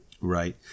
Right